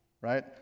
right